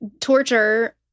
torture